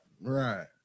Right